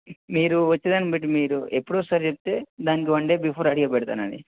మీరు వచ్చేదాన్ని బట్టి మీరు ఎప్పుడో వస్తారు చెప్తే దానికి వన్ డే బిఫోర్ రెడీగా పెడతాను అండి